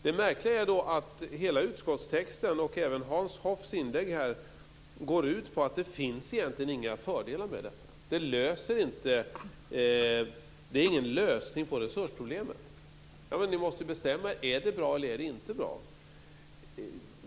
Det märkliga är att hela utskottstexten och även Hans Hoffs inlägg går ut på att det egentligen inte finns några fördelar med detta och att det inte är någon lösning på resursproblemen. Ni måste bestämma er för om det är bra eller inte är bra.